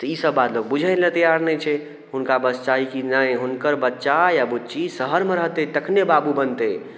तऽ ई सब बात लोग बुझै लए तैयार नहि छै हुनका बस चाही कि ने हुनकर बच्चा या बुच्ची शहरमे रहतै तखने बाबू बनतै